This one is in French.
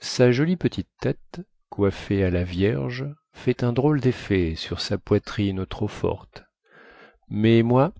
sa jolie petite tête coiffée à la vierge fait un drôle deffet sur sa poitrine trop forte mais moi